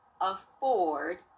afford